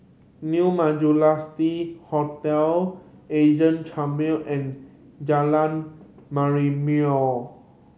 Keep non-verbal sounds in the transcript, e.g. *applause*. New *unintelligible* Hotel *unintelligible* Chamber and Jalan Merlimau